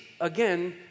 again